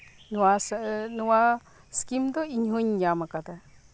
ᱱᱚᱣᱟ ᱥᱠᱤᱢ ᱫᱚ ᱤᱧᱦᱚᱧ ᱧᱟᱢ ᱟᱠᱟᱫᱟ